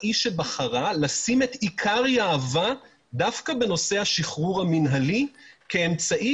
לשים את עיקר יהבה דווקא בנושא השחרור המינהלי כאמצעי